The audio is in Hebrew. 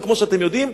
וכמו שאתם יודעים,